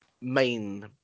main